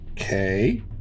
okay